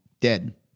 dead